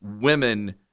women